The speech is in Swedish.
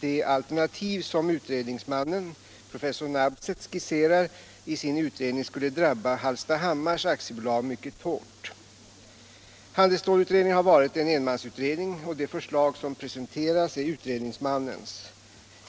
de alternativ som utredningsmannen, professor Nabseth, skisserar i sin utredning skulle drabba Hallstahammars AB mycket hårt. Handelsstålsutredningen har varit en enmansutredning, och de förslag som presenteras är utredningsmannens.